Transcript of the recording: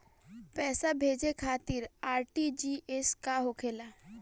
पैसा भेजे खातिर आर.टी.जी.एस का होखेला?